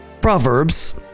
Proverbs